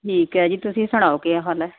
ਠੀਕ ਹੈ ਜੀ ਤੁਸੀਂ ਸੁਣਾਓ ਕਿਆ ਹਾਲ ਹੈ